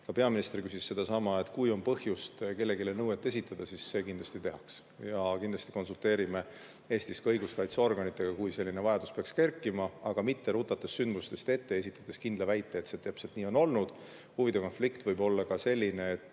peaminister küsis sedasama – on põhjust kellelegi nõue esitada, siis seda kindlasti tehakse. Ja kindlasti konsulteerime Eestis õiguskaitseorganitega, kui selline vajadus peaks kerkima, aga me ei taha rutata sündmustest ette, esitades kindla väite, et see täpselt nii on olnud. Huvide konflikt võib olla ka selline, et